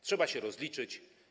Trzeba się rozliczyć.